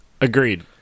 Agreed